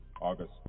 August